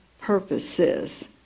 purposes